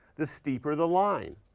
the steeper the line,